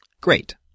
Great